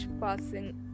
passing